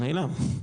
הוא נעלם,